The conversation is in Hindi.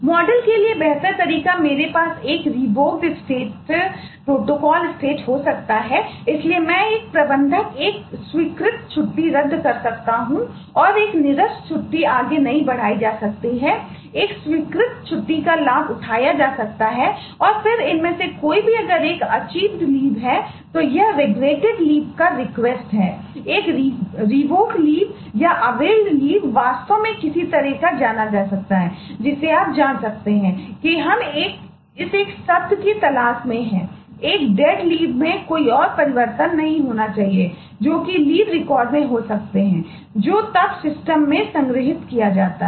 मॉडल रिकॉर्ड में हो सकता है जो तब सिस्टम में संग्रहीत किया जाता है